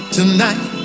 Tonight